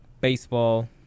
baseball